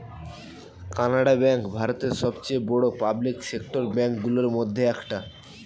Canara bank ভারতের সবচেয়ে বড় পাবলিক সেক্টর ব্যাঙ্ক গুলোর মধ্যে একটা